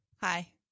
Hi